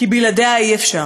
כי בלעדיה אי-אפשר,